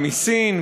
מסין,